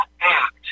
act